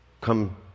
come